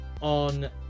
on